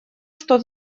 что